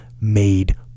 made